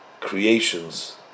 creations